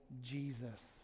Jesus